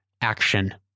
action